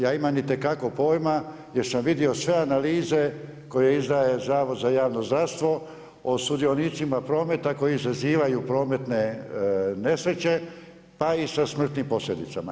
Ja imam itekako pojma jer sam vidio sve analize koje izdaje Zavod za javno zdravstvo o sudionicima prometa koji izazivaju prometne nesreće pa i sa smrtnim posljedicama.